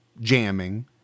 jamming